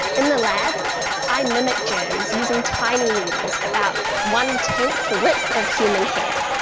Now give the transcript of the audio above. in the lab i mimic germs using tiny needles about one-tenth the width of human hair.